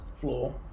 floor